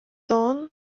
dawn